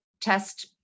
test